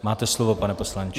Máte slovo, pane poslanče.